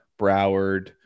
Broward